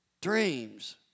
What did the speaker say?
dreams